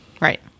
Right